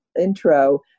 intro